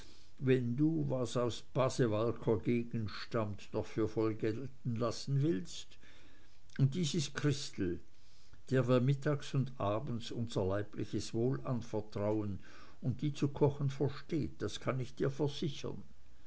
wenn du was aus pasewalker gegend stammt noch für voll gelten lassen willst und dies ist christel der wir mittags und abends unser leibliches wohl anvertrauen und die zu kochen versteht das kann ich dir versichern